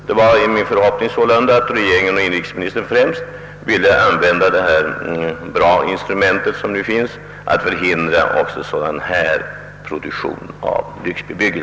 Det är således min förhoppning att regeringen, och främst inrikesministern skall använda det fina instrument som finns för att förhindra lyxbebyggelse av det nu nämnda slaget.